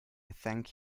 thank